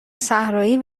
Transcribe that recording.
صحرایی